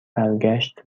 برگشت